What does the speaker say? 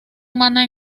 humana